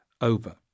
over